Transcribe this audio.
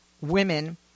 women